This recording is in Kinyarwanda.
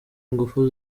ingufu